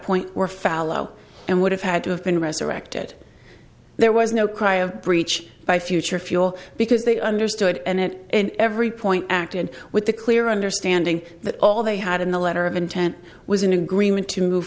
point were fallow and would have had to have been resurrected there was no cry of breach by future fuel because they understood and in every point acted with the clear understanding that all they had in the letter of intent was an agreement to move